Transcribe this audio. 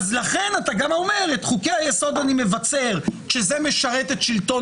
לכן אתה גם אומר שאת חוקי היסוד אתה מבצר כשזה משרת את שלטון